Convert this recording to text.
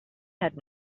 had